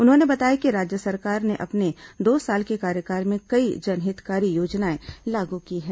उन्होंने बताया कि राज्य सरकार ने अपने दो साल के कार्यकाल में कई जनहितकारी योजनाएं लागू की हैं